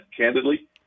candidly